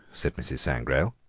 said mrs. sangrail.